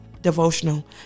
devotional